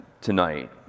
tonight